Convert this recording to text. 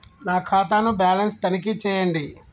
నా ఖాతా ను బ్యాలన్స్ తనిఖీ చేయండి?